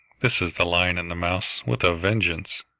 this is the lion and the mouse, with a vengeance.